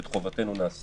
ואת חובתנו אנחנו נמלא